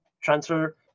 Transfer